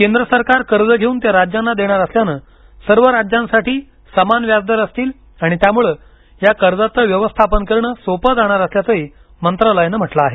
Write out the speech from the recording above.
केंद्र सरकार कर्ज घेऊन ते राज्यांना देणारं असल्यानं सर्व राज्यांसाठी समान व्याज दर असतील आणि त्यामुळं या कर्जाचं व्यवस्थापन करणं सोपं जाणार असल्याचंही मंत्रालयानं म्हटलं आहे